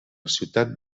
ciutat